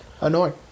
Annoying